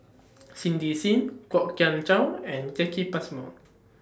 Cindy SIM Kwok Kian Chow and Jacki Passmore